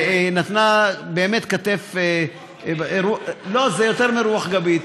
נתנה באמת כתף, רוח גבית.